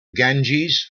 ganges